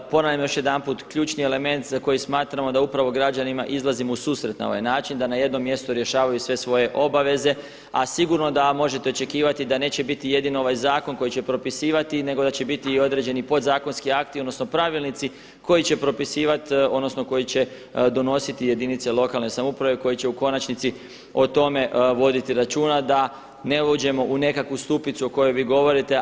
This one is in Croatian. Ponavljam još jedanput, ključni element za koji smatramo da upravo građanima izlazimo u susret na ovaj način, da na jednom mjestu rješavaju sve svoje obaveze a sigurno da možete očekivati da neće biti jedino ovaj zakon koji će propisivati nego da će biti i određeni podzakonski akti odnosno pravilnici koji će propisivati odnosno koji će donositi jedinice lokalne samouprave koje će u konačnici o tome voditi računa da ne uđemo u nekakvu stupicu o kojoj vi govorite.